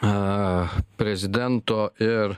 a prezidento ir